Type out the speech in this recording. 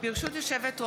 נא להצביע.